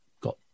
got